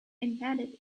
embedded